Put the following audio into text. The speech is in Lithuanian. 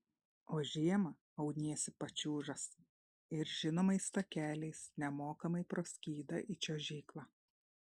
o žiemą auniesi pačiūžas ir žinomais takeliais nemokamai pro skydą į čiuožyklą